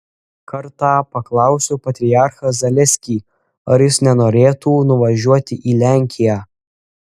kartą paklausiau patriarchą zaleskį ar jis nenorėtų nuvažiuoti į lenkiją